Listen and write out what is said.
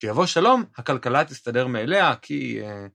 שיבוא שלום, הכלכלה תסתדר מאליה כי...